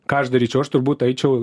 ką aš daryčiau aš turbūt eičiau i